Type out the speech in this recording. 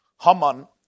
Haman